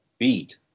beat